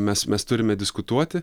mes mes turime diskutuoti